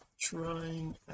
trying